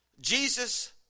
Jesus